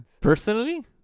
Personally